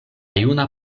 juna